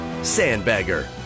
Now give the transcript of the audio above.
sandbagger